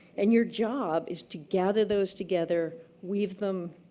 and your job is to gather those together, weave them,